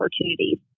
opportunities